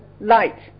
light